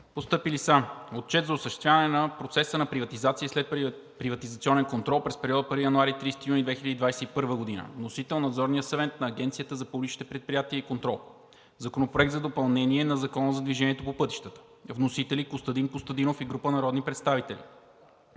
включително: Отчет за осъществяване на процеса на приватизация и следприватизационен контрол през периода 1 януари – 30 юни 2021 г. Вносител е Надзорният съвет на Агенцията за публичните предприятия и контрол. Законопроект за допълнение на Закона за движението по пътищата. Вносители са народният представител Костадин Костадинов и група народни представители.